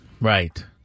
Right